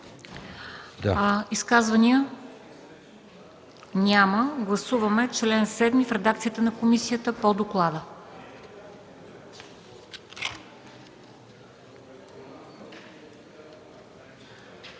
Изказвания? Няма. Гласуваме чл. 10 в редакцията на комисията по доклада.